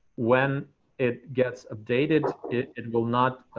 when it gets updated, it will not,